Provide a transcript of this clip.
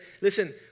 Listen